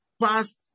past